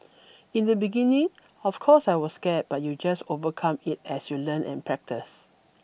in the beginning of course I was scared but you just overcome it as you learn and practice